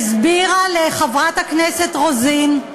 הסבירה לחברת הכנסת רוזין,